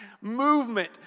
Movement